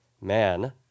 man